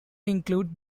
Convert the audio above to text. includes